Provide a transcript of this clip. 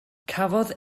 cafodd